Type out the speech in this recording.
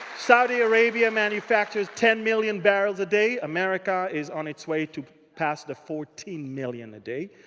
saudi arabia manufacturers ten million barrels a day. america is on its way to pass the fourteen million a day.